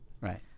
Right